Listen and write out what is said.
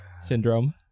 syndrome